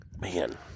Man